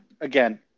again